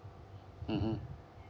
mmhmm